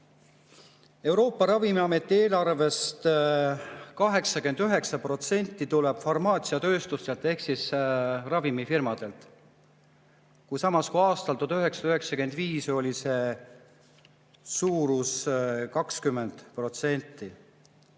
Euroopa Ravimiameti eelarvest 89% tuleb farmaatsiatööstuselt ehk ravimifirmadelt, samas kui aastal 1995 tuli sealt 20%.